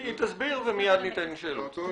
היא תסביר ומיד ניתן זמן לשאלות.